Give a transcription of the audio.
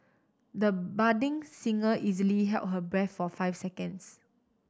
the budding singer easily held her breath for five seconds